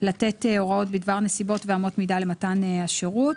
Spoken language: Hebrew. לתת הוראות בדבר נסיבות ואמות מידה למתן השירות".